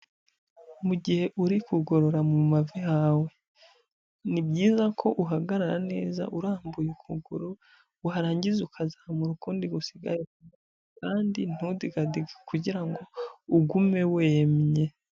Mu gihe uri kugorora mu mavi hawe, ni byiza ko uhagarara neza urambuye ukuguru, warangiza ukazamura ukundi gusigaye, kandi ntudigadige kugira ngo ugume wemye.